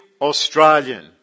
Australian